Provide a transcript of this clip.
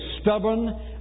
stubborn